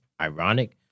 ironic